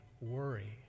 worry